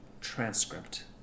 transcript